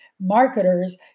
marketers